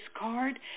card